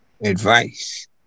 advice